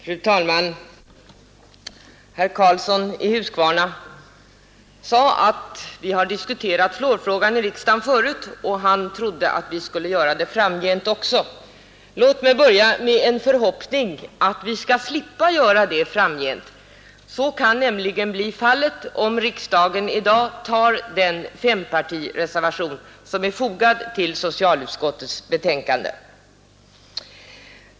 Fru talman! Herr Karlsson i Huskvarna sade att vi har diskuterat fluorfrågan i riksdagen förut, och han trodde att vi skulle göra det framgent också. Låt mig börja med en förhoppning att vi skall slippa göra det framgent. Så kan nämligen bli fallet, om riksdagen i dag bifaller den fempartireservation som är fogad till socialutskottets betänkande.